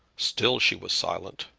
still she was silent.